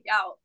out